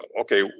okay